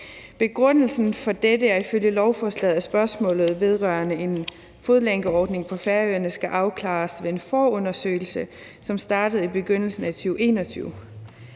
Begrundelsen for dette er ifølge lovforslaget, at spørgsmålet vedrørende en fodlænkeordning på Færøerne skal afklares ved en forundersøgelse, som startede i begyndelsen af 2021.